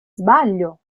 sbaglio